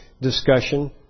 discussion